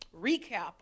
recap